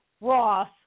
Ross